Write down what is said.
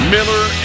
Miller